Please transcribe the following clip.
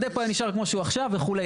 הדפו היה נשאר כמו שהוא עכשיו וכו'.